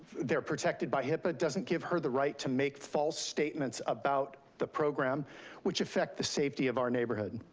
they're protected by hipaa doesn't give her the right to make false statements about the program which affect the safety of our neighborhood.